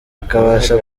bakabasha